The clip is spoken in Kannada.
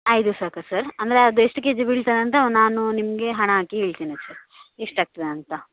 ಐದು ಸಾಕಾ ಸರ್ ಅಂದರೆ ಅದು ಎಷ್ಟು ಕೆಜಿ ಬೀಳ್ತದೆ ಅಂತ ನಾನು ನಿಮಗೆ ಹಣ ಹಾಕಿ ಹೇಳ್ತೇನೆ ಸರ್ ಎಷ್ಟಾಗ್ತದೆ ಅಂತ